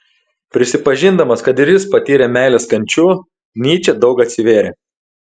prisipažindamas kad ir jis patyrė meilės kančių nyčė daug atsivėrė